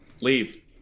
Leave